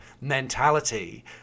mentality